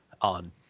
on